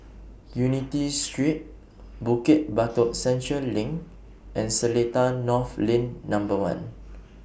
Unity Street Bukit Batok Central LINK and Seletar North Lane Number one